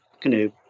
canoe